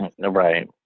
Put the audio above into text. Right